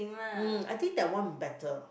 mm I think that one better